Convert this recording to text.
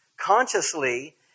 consciously